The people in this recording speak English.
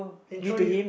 intro you